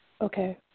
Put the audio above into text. Okay